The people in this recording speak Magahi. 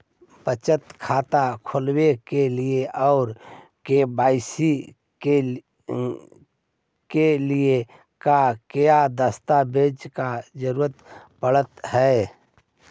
बचत खाता खोलने के लिए और के.वाई.सी के लिए का क्या दस्तावेज़ दस्तावेज़ का जरूरत पड़ हैं?